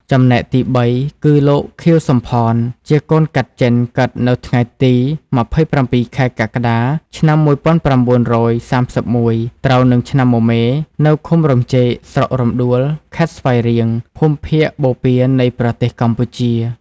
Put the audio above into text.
ចំំណែកទីបីគឺ លោក ខៀវ សំផន ជាកូនកាត់ចិនកើតនៅថ្ងៃទី ២៧ ខែកក្កដា ឆ្នាំ ១៩៣១ ត្រូវនឹងឆ្នាំមមែ នៅឃុំរំចេក ស្រុករំដួល ខេត្តស្វាយរៀង ភូមិភាគបូព៌ានៃប្រទេសកម្ពុជា។